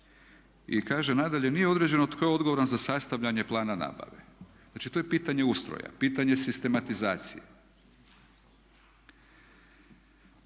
i kaže nadalje nije određeno tko je odgovoran za sastavljanje plana nabave. Znači tu je pitanje ustroja, pitanje sistematizacije.